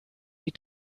die